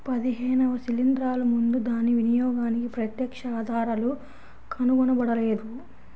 పదిహేనవ శిలీంద్రాలు ముందు దాని వినియోగానికి ప్రత్యక్ష ఆధారాలు కనుగొనబడలేదు